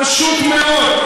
פשוט מאוד.